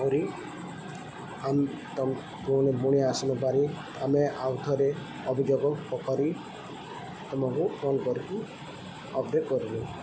କରି ଆମ ତୁମ ପୁଣି ପୁଣି ଆସିନପାରି ଆମେ ଆଉ ଥରେ ଅଭିଯୋଗ କରି ଆମକୁ ଫୋନ୍ କରିକି ଅପ୍ଡେଟ୍ କରିବୁ